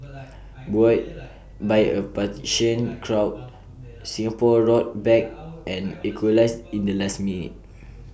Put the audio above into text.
buoyed by A partisan crowd Singapore roared back and equalised in the last minute